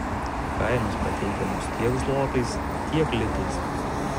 kainos pateikiamos tiek zlotais tiek litais